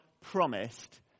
promised